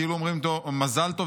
כאילו אומרים לו: מזל טוב,